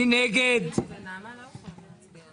אין כאן שאלה בכלל.